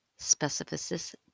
specificity